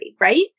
right